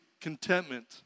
contentment